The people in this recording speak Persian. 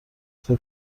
فکر